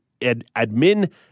admin